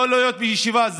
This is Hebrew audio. לא להיות בישיבה,